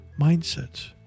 mindsets